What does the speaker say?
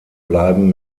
bleiben